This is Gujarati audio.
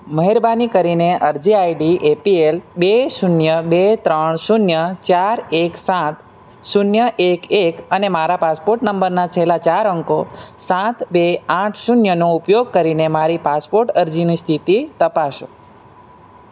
મહેરબાની કરીને અરજી આઈડી એપીએલ બે શૂન્ય બે ત્રણ શૂન્ય ચાર એક સાત શૂન્ય એક એક અને મારા પાસપોટ નંબરના છેલ્લા ચાર અંકો સાત બે આઠ શૂન્યનો ઉપયોગ કરીને મારી પાસપોટ અરજીની સ્થિતિ તપાસો